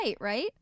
right